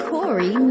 Corey